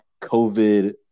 COVID